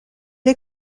est